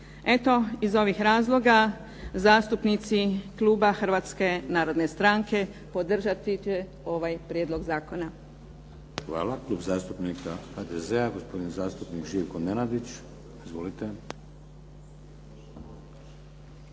Eto iz ovih razloga zastupnici kluba Hrvatske narodne stranke, podržati će ovaj prijedlog zakona. **Šeks, Vladimir (HDZ)** Hvala. Klub zastupnika HDZ-a gospodin zastupnik Živko Nenadić. Izvolite.